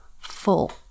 full